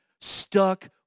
stuck